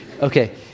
Okay